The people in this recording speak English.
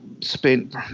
spent